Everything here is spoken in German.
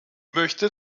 möchte